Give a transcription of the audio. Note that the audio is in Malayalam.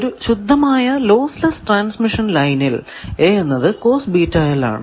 ഒരു ശുദ്ധമായ ലോസ് ലെസ്സ് ട്രാൻസ്മിഷൻ ലൈനിൽ A എന്നത് ആണ്